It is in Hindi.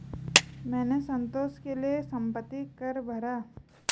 मैंने संतोष के लिए संपत्ति कर भरा